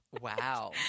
wow